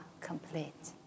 complete